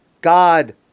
God